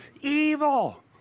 Evil